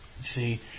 see